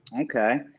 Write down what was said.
Okay